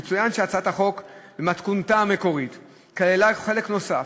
יצוין שהצעת החוק במתכונתה המקורית כללה חלק נוסף,